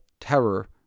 terror